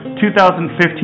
2015